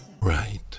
Right